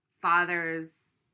fathers